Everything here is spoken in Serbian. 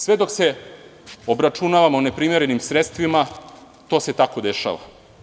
Sve dok se obračunavamo neprimerenim sredstvima, to se tako dešava.